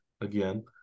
again